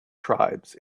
tribes